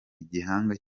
igihanga